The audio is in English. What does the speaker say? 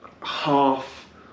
half